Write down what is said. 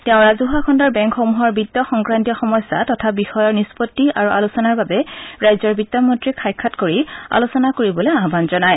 তেওঁ ৰাজহুৱা খণ্ডৰ বেংকসমূহৰ বিত্ত সংক্ৰান্তীয় সমস্যা তথা বিষয়ৰ নিষ্পত্তি আৰু আলোচনাৰ বাবে ৰাজ্যৰ বিত্তমন্ত্ৰীক সাক্ষাৎ কৰি আলোচনা কৰিবলৈ আহান জনায়